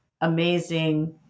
amazing